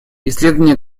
исследование